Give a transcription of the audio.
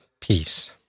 peace